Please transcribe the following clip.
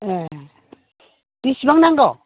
ए बेसेबां नांगौ